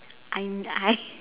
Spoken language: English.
I I